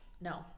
No